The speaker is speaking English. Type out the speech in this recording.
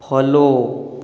follow